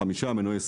חמישה מנויי סלולר.